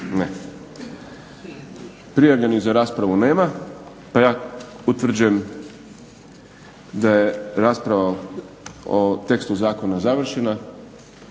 Prijavljenih za raspravu nema pa ja utvrđujem da je rasprava o tekstu zakona završena.